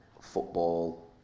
football